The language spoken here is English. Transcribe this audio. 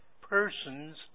persons